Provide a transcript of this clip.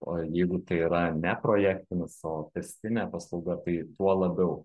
o jeigu tai yra ne projektinis o tęstinė paslauga tai tuo labiau